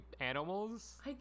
animals